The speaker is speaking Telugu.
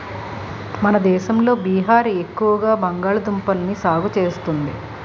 మన దేశంలో బీహార్ ఎక్కువ బంగాళదుంపల్ని సాగు చేస్తుంది